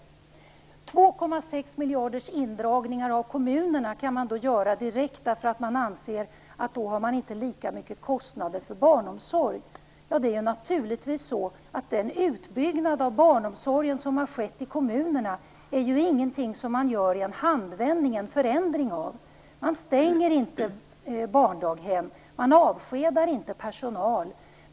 Indragningar med 2,6 miljarder i kommunerna kan göras direkt, därför att man anser att det inte blir samma kostnader för barnomsorgen. Men det går inte att i en handvändning åstadkomma en förändring när det gäller den utbyggnad av barnomsorgen som skett i kommunerna. Man stänger inte barndaghem. Man avskedar inte personal.